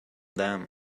them